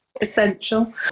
Essential